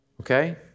Okay